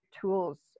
tools